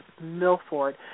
Milford